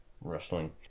wrestling